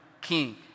king